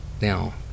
Now